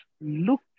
look